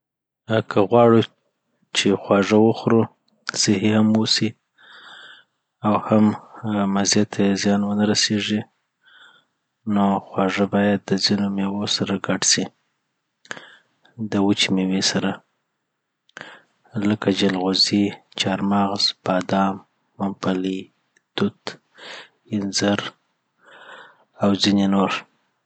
که غواړو چي خواږه وخورو صحي هم اوسي اوهم آ مزې ته یی زیان ونه رسیږی نو خواږه باید دځینو مېوو سره ګډ سي دوچي مېوې سره لکه جلغوزي، چهارمغز، بادام، ممپلي، توت، اینځر، او ځیني نور